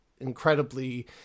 incredibly